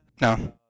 No